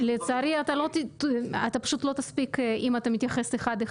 --- לצערי אתה פשוט לא תספיק אם אתה תתייחס אחד אחד,